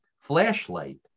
flashlight